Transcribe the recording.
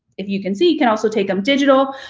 if you can see, can also take them digital,